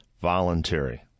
voluntary